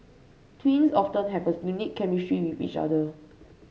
twins often have a unique chemistry with each other